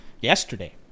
yesterday